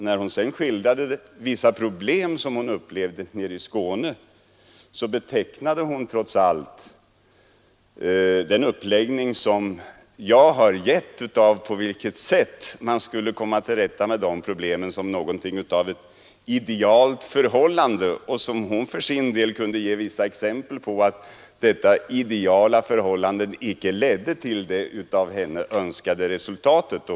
När hon sedan skildrade vissa problem som hon upplevde i Skåne, betecknade hon trots allt min uppläggning av sättet att komma till rätta med de problemen som något av ett idealt förhållande; hon kunde för sin del ge vissa exempel på att detta ideala förhållande inte leder till det av henne önskade resultatet.